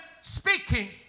speaking